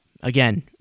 Again